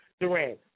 Durant